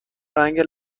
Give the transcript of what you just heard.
رنگ